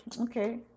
okay